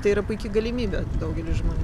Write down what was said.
tai yra puiki galimybė daugeliui žmonių